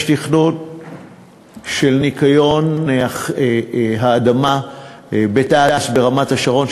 יש תכנון של ניקיון האדמה בתע"ש ברמת-השרון,